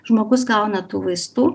žmogus gauna tų vaistų